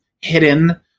hidden